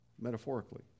metaphorically